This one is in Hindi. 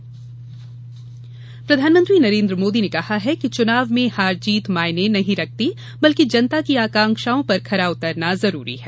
मोदी प्रधानमंत्री नरेन्द्र मोदी ने कहा है कि चुनाव में हार जीत मायने नहीं रखती बल्कि जनता की आकांक्षाओं पर खरा उतरना जरूरी है